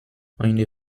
eine